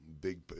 big –